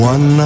One